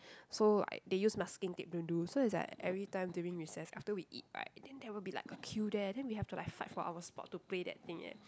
so like they use masking tape to do so it's like every time during recess after we eat right then there will be like a queue there then we have to like fight for our spot to play that thing leh